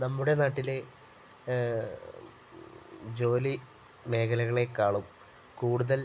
നമ്മുടെ നാട്ടിലെ ജോലി മേഖലകളേക്കാളും കൂടുതൽ